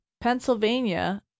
Pennsylvania